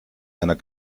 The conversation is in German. einer